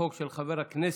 החוק של חבר הכנסת